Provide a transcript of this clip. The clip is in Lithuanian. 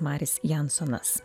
maris jansonas